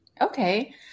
Okay